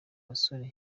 bose